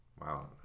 wow